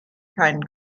keinen